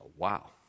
Wow